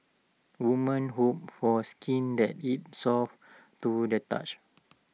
woman hope for skin that is soft to the touch